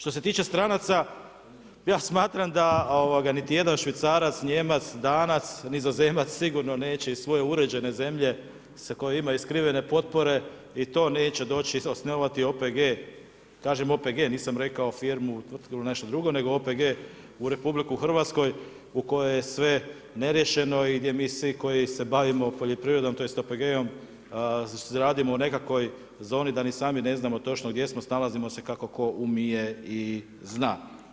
Što se tiče stranaca ja smatram da niti jedan Švicarac, Nijemac, Danac, Nizozemac sigurno neće iz svoje uređene zemlje se iz koje ima … [[ne razumije se]] potpore i to neće doći osnovati OPG-e kažem OPG-e nisam rekao firmu, tvrtku ili nešto drugo, nego OPG-e u Republici Hrvatskoj u kojoj je sve neriješeno i gdje mi svi koji se bavimo poljoprivredom tj. OPG-om radimo u nekakvoj zoni da ni sami ne znamo točno gdje smo, snalazimo se kako tko umije i zna.